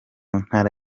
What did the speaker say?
ntara